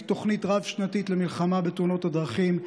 תוכנית רב-שנתית למלחמה בתאונות הדרכים.